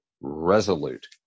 resolute